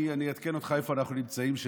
אעדכן אותך איפה אנחנו נמצאים,